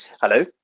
Hello